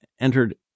entered